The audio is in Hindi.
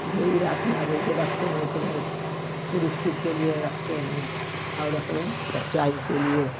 भेड़ी रखना भी जो रखते हैं तो बहुत सुरक्षित के लिए रखते हैं और अपने सच्चाई के लिए